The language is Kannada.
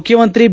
ಮುಖ್ಯಮಂತ್ರಿ ಬಿ